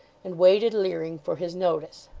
and waited, leering, for his notice.